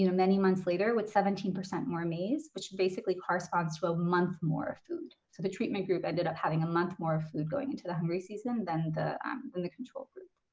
you know many months later with seventeen percent more maize, which basically corresponds to a month more food. so the treatment group ended up having a month more food going into the hungry season than the in the control group.